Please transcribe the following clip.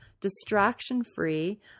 distraction-free